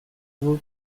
vaut